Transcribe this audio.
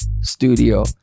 studio